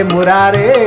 Murare